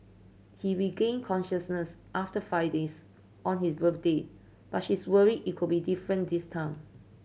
he regained consciousness after five days on his birthday but she is worried it could be different this time